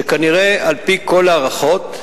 שכנראה, על-פי כל ההערכות,